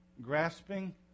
grasping